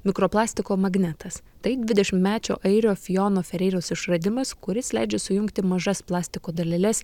mikroplastiko magnetas tai dvidešimtmečio airio fijono fereiros išradimas kuris leidžia sujungti mažas plastiko daleles